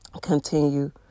continue